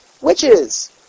witches